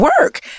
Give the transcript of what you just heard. work